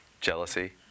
jealousy